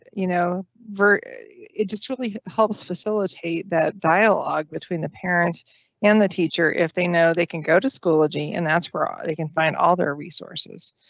you know, it just really helps facilitate that dialogue between the parent and the teacher if they know they can go to schoology, and that's where ah they can find all their resources.